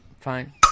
Fine